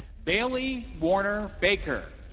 bailey warner baker.